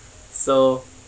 so